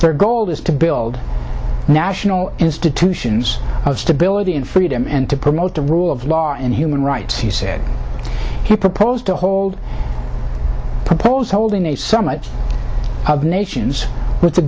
their goal is to build national institutions of stability and freedom and to promote the rule of law and human rights he said he proposed to hold proposed holding a summit of nations with the